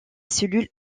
cellules